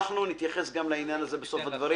אנחנו נתייחס גם לעניין הזה בסוף הדברים.